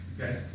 Okay